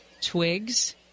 Twigs